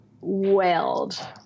wailed